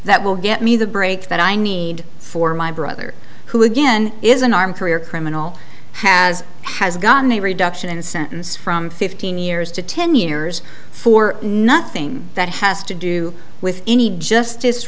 that will get me the break that i need for my brother who again is an armed career criminal has has gotten a reduction in sentence from fifteen years to ten years for nothing that has to do with any justice